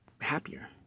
happier